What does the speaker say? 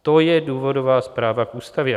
To je důvodová zpráva k ústavě.